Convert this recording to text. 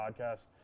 podcast